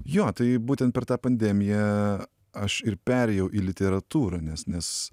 jo tai būtent per tą pandemiją aš ir perėjau į literatūrą nes nes